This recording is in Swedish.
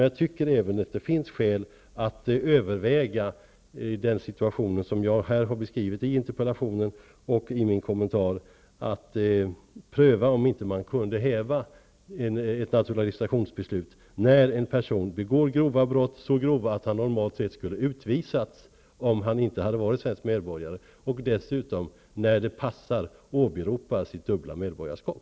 Jag anser att det även finns skäl att överväga det som jag har beskrivit i interpellationen och i mitt anförande och att pröva om det inte är möjligt att häva ett naturalisationsbeslut när en person begår så grova brott att han normalt sett skulle ha utvisats om han inte hade varit svensk medborgare och när han dessutom, när det passar, åberopar sitt dubbla medborgarskap.